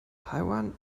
taiwan